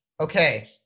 okay